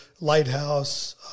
Lighthouse